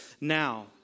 now